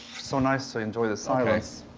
so nice to enjoy the silence.